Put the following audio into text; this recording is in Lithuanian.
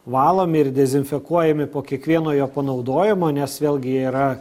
valomi ir dezinfekuojami po kiekvieno jo panaudojimo nes vėlgi jie yra